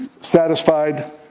satisfied